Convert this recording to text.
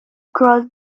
cross